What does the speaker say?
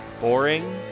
boring